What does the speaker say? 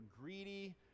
greedy